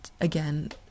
again